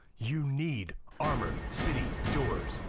you need armor city doors.